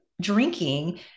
drinking